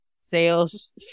sales